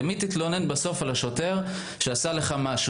למי תתלונן בסוף לשוטר שעשה לך משהו?